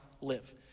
live